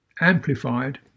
amplified